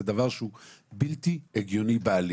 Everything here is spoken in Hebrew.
זה דבר שהוא בלתי הגיוני בעליל,